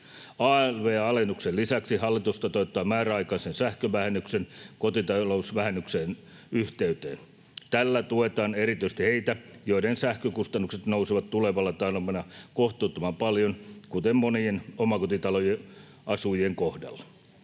Alv-alennuksen lisäksi hallitus toteuttaa määräaikaisen sähkövähennyksen kotitalousvähennyksen yhteyteen. Tällä tuetaan erityisesti heitä, joiden sähkökustannukset nousevat tulevana talvena kohtuuttoman paljon, kuten monien omakotitaloasujien kohdalla.